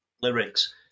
lyrics